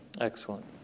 Excellent